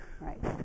right